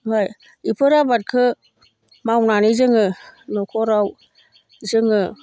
ओमफ्राय बेफोर आबादखौ मावनानै जोङो न'खराव जोङो